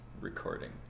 recording